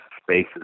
spaces